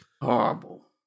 Horrible